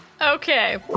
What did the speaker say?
Okay